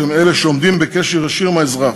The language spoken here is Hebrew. שהן שעומדות בקשר ישיר עם האזרח,